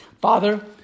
Father